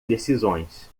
decisões